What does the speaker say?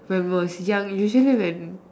when I was young usually when